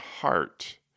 heart